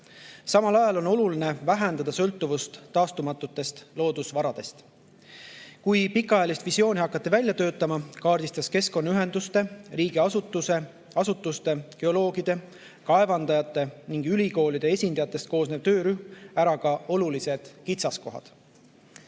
Samal ajal on oluline vähendada sõltuvust taastumatutest loodusvaradest. Kui pikaajalist visiooni hakati välja töötama, kaardistas keskkonnaühenduste, riigiasutuste, geoloogide, kaevandajate ning ülikoolide esindajatest koosnev töörühm ära olulised kitsaskohad.